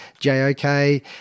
JOK